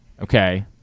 Okay